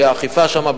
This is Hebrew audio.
שהאכיפה שם,